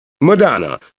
Madonna